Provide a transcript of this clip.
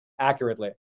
accurately